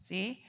See